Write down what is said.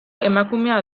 emakumea